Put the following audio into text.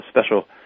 special